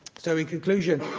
so, in conclusion,